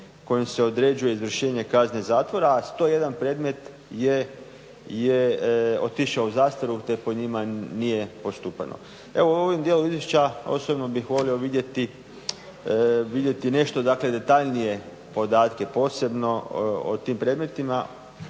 kojim se određuje izvršenje kazne zatvora, a 101 predmet je otišao u zastaru, te je po njima nije postupano. Evo, u ovom dijelu izvješća osobno bih volio vidjeti nešto dakle detaljnije podatke, posebno o tim predmetima,